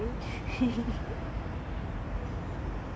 எனக்கு தெரியாது:enakku theriyaathu I'm sorry சொல்ல முடியாது:solla mudiyaathu